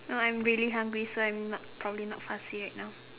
no I'm really hungry so I'm not probably not fussy right now